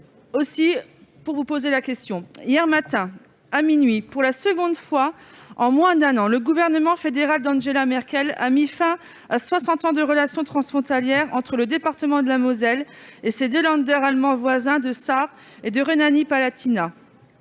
Hier matin, à minuit, pour la seconde fois en moins d'un an, le gouvernement fédéral d'Angela Merkel a mis fin à soixante ans de relations transfrontalières entre le département de la Moselle et ses deux allemands voisins de la Sarre et de Rhénanie-Palatinat.